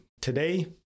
today